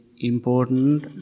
important